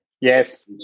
Yes